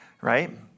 right